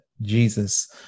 Jesus